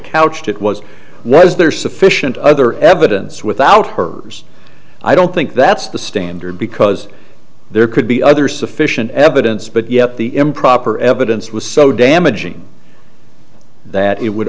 couched it was was there sufficient other evidence without herders i don't think that's the standard because there could be other sufficient evidence but yet the improper evidence was so damaging that it would